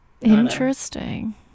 interesting